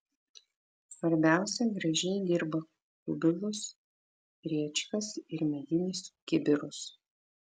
svarbiausia gražiai dirba kubilus rėčkas ir medinius kibirus